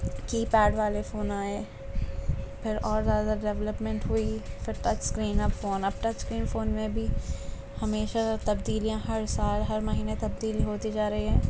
keypad والے phone آئے پھر اور زیادہ ڈیولپمنٹ ہوئی پھر ٹچ اسکرین اب فون اب ٹچ اسکرین فون میں بھی ہمیشہ تبدیلیاں ہر سال ہر مہینے تبدیلی ہوتی جا رہی ہے